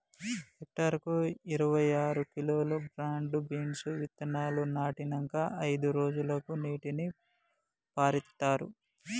hectare కు ఇరవై ఆరు కిలోలు బ్రాడ్ బీన్స్ విత్తనాలు నాటినంకా అయిదు రోజులకు నీటిని పారిత్తార్